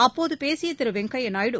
அப்போது பேசிய திரு வெங்கைய நாயுடு